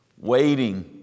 waiting